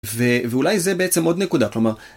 ואולי זה בעצם עוד נקודה כלומר.